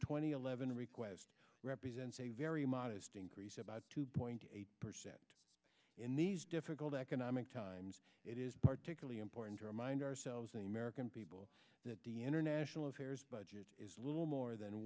and eleven request represents a very modest increase about two point eight percent in these difficult economic times it is particularly important to remind ourselves in american people that the international affairs budget is little more than